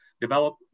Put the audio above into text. develop